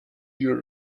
year